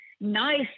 nice